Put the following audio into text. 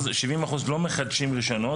70 אחוז לא מחדשים רישיונות,